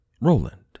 Roland